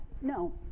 no